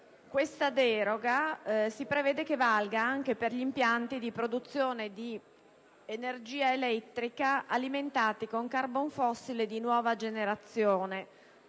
questa deroga valga anche per gli impianti di produzione di energia elettrica alimentati con carbon fossile di nuova generazione